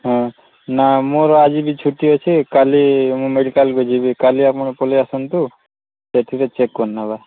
ହଁ ନା ମୋର ଆଜି ମୋର ଛୁଟି ଅଛି କାଲି ମୁଁ ମେଡିକାଲ ଯିବି କାଲି ଆପଣ ପଳେଇ ଆସନ୍ତୁ ସେଥିରେ ଚେକ କରିନେବା